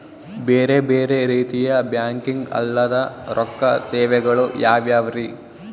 ಬೇರೆ ಬೇರೆ ರೀತಿಯ ಬ್ಯಾಂಕಿಂಗ್ ಅಲ್ಲದ ರೊಕ್ಕ ಸೇವೆಗಳು ಯಾವ್ಯಾವ್ರಿ?